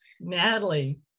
Natalie